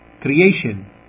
creation